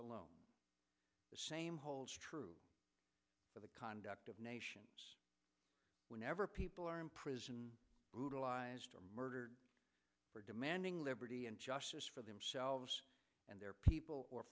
alone the same holds true for the conduct of nations whenever people are imprisoned brutalized or murdered for demanding liberty and justice for themselves and their people or